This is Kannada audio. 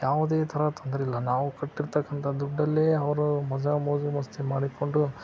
ಯಾವುದೇ ಥರ ತೊಂದ್ರೆ ಇಲ್ಲ ನಾವು ಕೊಟ್ಟಿರತಕ್ಕಂಥ ದುಡ್ಡಲ್ಲೇ ಅವರು ಮಜಾ ಮೋಜು ಮಸ್ತಿ ಮಾಡಿಕೊಂಡು